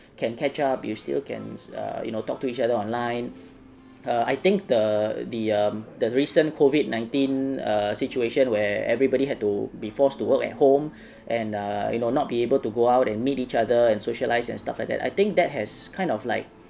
can catch up you still can err you know talk to each other online err I think the the um the recent COVID-nineteen err situation where everybody had to be forced to work at home and err you know not be able to go out and meet each other and socialize and stuff like that I think that has kind of like